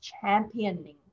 championing